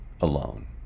alone